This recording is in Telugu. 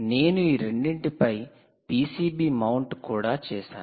నేను ఈ రెండింటిపై పిసిబి మౌంట్ కూడా చేసాను